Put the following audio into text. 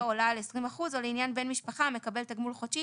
עולה על 20% או לעניין בן משפחה המקבל תגמול חודשי